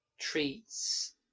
treats